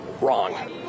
wrong